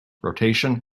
rotation